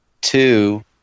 two